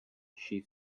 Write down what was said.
she